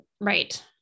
Right